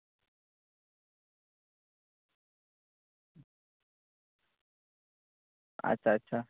ᱟᱪᱪᱷᱟ ᱟᱪᱪᱷᱟ